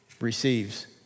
receives